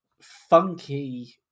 funky